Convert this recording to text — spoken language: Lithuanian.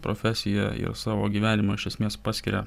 profesiją ir savo gyvenimą iš esmės paskiria